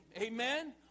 Amen